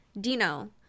Dino